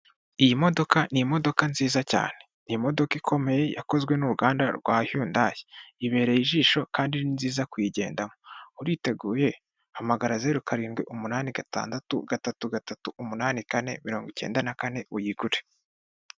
Iyi modoka ni imodoka nziza cyane, ni imodoka ikomeye yakozwe n'uruganda rwa huyundayi, ibereye ijisho kandi ni nziza kuyigendamo, uriteguye hamagara zeru, karindwi, umunani, gatandatu, gatatu, gatatu, umunani, kane, mirongo icyenda na kane uyigure.